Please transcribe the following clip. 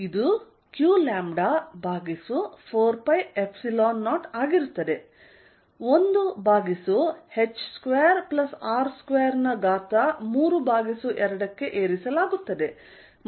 ಇದು q lambda ಭಾಗಿಸು 4π0 ಆಗಿರುತ್ತದೆ 1 ಭಾಗಿಸು h2R2 ರ ಘಾತ 32 ಕ್ಕೆ ಏರಿಸಲಾಗುತ್ತದೆ ಮತ್ತು dl ಪದ ಸಹಾ ಇದೆ